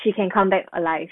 she can come back alive